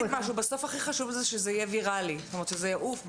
בסוף הכי חשוב שזה יהיה ויראלי, שזה יעוף ברשתות,